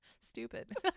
Stupid